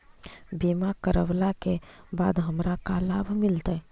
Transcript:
बीमा करवला के बाद हमरा का लाभ मिलतै?